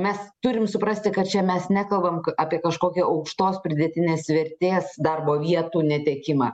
mes turim suprasti kad čia mes nekalbam apie kažkokią aukštos pridėtinės vertės darbo vietų netekimą